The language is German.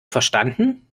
verstanden